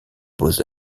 beaux